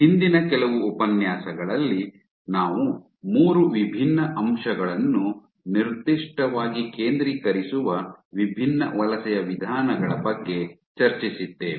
ಹಿಂದಿನ ಕೆಲವು ಉಪನ್ಯಾಸಗಳಲ್ಲಿ ನಾವು ಮೂರು ವಿಭಿನ್ನ ಅಂಶಗಳನ್ನು ನಿರ್ದಿಷ್ಟವಾಗಿ ಕೇಂದ್ರೀಕರಿಸುವ ವಿಭಿನ್ನ ವಲಸೆಯ ವಿಧಾನಗಳ ಬಗ್ಗೆ ಚರ್ಚಿಸಿದ್ದೇವೆ